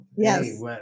Yes